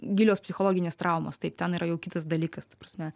gilios psichologinės traumos taip ten yra jau kitas dalykas ta prasme